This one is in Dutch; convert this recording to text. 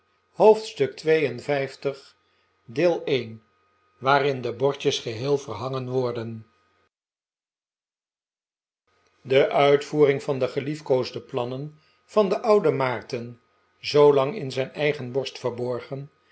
hoofdstuk lii waarin de bordjes geheel verhangen wordeu de uitvoering van de geliefkoosde plannen van den ouden maarten zoolang in zijn eigen borst verborgen